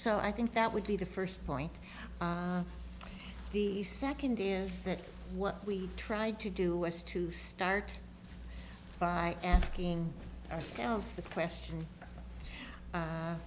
so i think that would be the first point the second is that what we tried to do was to start by asking ourselves the question